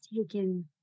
taken